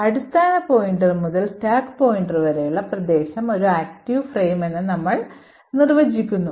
അതിനാൽ അടിസ്ഥാന പോയിന്റർ മുതൽ സ്റ്റാക്ക് പോയിന്റർ വരെയുള്ള പ്രദേശം ഒരു active frame എന്ന് നമ്മൾ നിർവചിക്കുന്നു